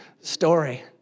story